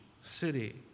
city